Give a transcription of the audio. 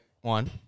one